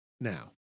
Now